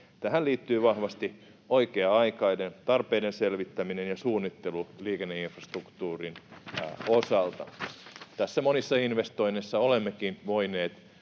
Tähän liittyy vahvasti oikea-aikainen tarpeiden selvittäminen ja suunnittelu liikenneinfrastruktuurin osalta. Monissa investoinneissa olemmekin voineet